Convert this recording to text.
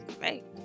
right